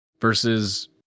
versus